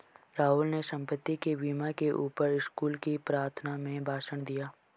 राहुल ने संपत्ति के बीमा के ऊपर स्कूल की प्रार्थना में भाषण दिया